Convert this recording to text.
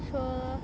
sure